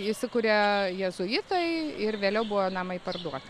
įsikuria jėzuitai ir vėliau buvo namai parduoti